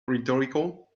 rhetorical